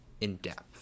in-depth